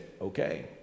okay